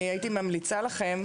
אני הייתי ממליצה לכם,